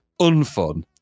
unfun